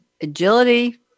Agility